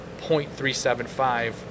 0.375